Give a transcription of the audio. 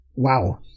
Wow